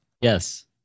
Yes